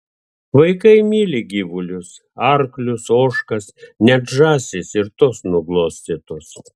vaikai myli gyvulius arklius ožkas net žąsys ir tos nuglostytos